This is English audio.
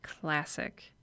classic